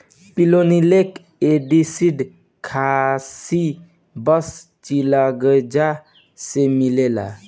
pinolenic acid खासी बस चिलगोजा से मिलेला